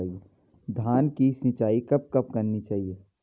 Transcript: धान की सिंचाईं कब कब करनी चाहिये?